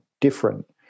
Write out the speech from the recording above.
different